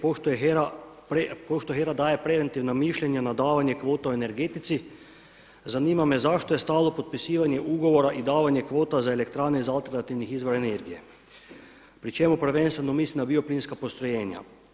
Pošto HERA daje preventivna mišljenja na davanje kvota u energetici zanima me zašto je stalo potpisivanje ugovora i davanje kvota za elektrane za alternativne izvore energije, pri čemu prvenstveno mislim na bioplinska postrojenja.